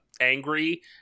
angry